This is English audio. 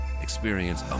Experience